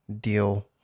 deal